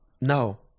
No